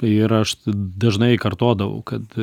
ir aš dažnai kartodavau kad